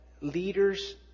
leaders